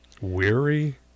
Weary